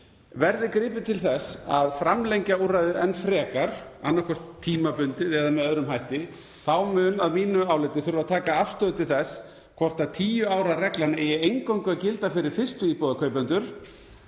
Verði gripið til þess að framlengja úrræðið enn frekar, annaðhvort tímabundið eða með öðrum hætti, þá mun að mínu áliti þurfa að taka afstöðu til þess hvort tíu ára reglan eigi eingöngu að gilda fyrir fyrstuíbúðarkaupendur